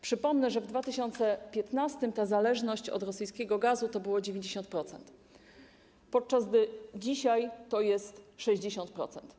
Przypomnę, że w 2015 r. zależność od rosyjskiego gazu to 90%, podczas gdy dzisiaj to jest 60%.